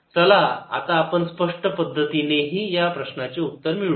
चला आता आपण स्पष्ट पद्धतीनेही याचे उत्तर मिळवूया